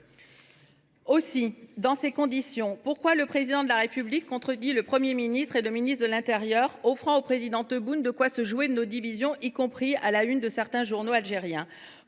fait ! Dans ces conditions, pourquoi le Président de la République contredit il le Premier ministre et le ministre de l’intérieur, offrant ainsi au président Tebboune l’occasion de se jouer de nos divisions, y compris à la une de certains journaux algériens ?